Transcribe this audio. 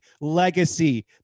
legacy